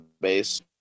base